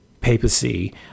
papacy